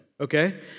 Okay